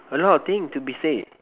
a lot of thing to be said